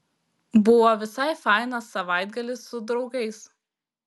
buvo visai fainas savaitgalis su draugais